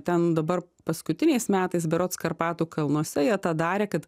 ten dabar paskutiniais metais berods karpatų kalnuose jie tą darė kad